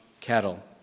cattle